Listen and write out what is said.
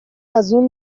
ازاون